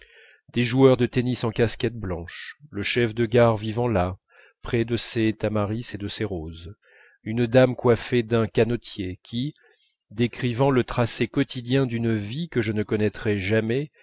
des joueurs de tennis en casquettes blanches le chef de gare vivant là près de ses tamaris et de ses roses une dame coiffée d'un canotier qui décrivant le tracé quotidien d'une vie que je ne connaîtrais jamais